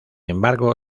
embargo